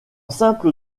simple